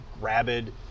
rabid